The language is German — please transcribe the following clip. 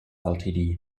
ltd